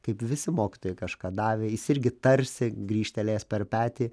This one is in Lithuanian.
kaip visi mokytojai kažką davė jis irgi tarsi grįžtelėjęs per petį